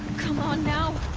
come on, now!